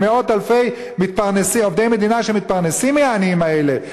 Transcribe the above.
למאות-אלפי עובדי מדינה שמתפרנסים מהעניים האלה,